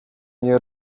nie